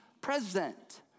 present